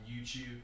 YouTube